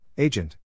Agent